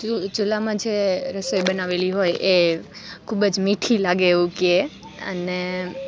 ચૂલામાં જે રસોઈ બનાવેલી હોય એ ખુબ જ મીઠી લાગે એવું કે અને